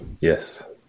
Yes